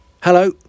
Hello